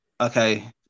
okay